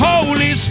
Holy